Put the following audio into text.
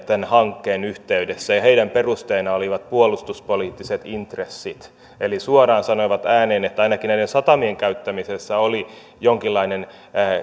tämän hankkeen yhteydessä heidän perusteinaan olivat puolustuspoliittiset intressit eli suoraan sanoivat ääneen että ainakin näiden satamien käyttämisessä oli jonkinlainen